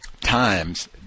times